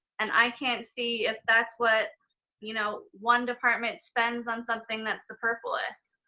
and i can't see if that's what you know one department spends on something that's purposeless,